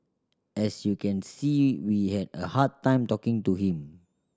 as you can see we had a hard time talking to him